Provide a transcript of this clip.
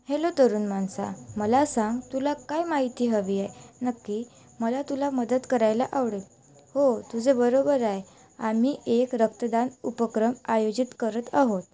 hello तरुण माणसा मला सांग तुला काय माहिती हवी आहे नक्की मला तुला मदत करायला आवडेल हो तुझे बरोबर आहे आम्ही एक रक्तदान उपक्रम आयोजित करत आहोत